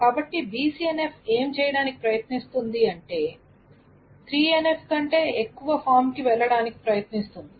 కాబట్టి BCNF ఏమి చేయడానికి ప్రయత్నిస్తుంది అంటే 3 NF కంటే ఎక్కువ ఫామ్ కి వెళ్ళడానికి ప్రయత్నిస్తుంది